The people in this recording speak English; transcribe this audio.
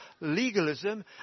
legalism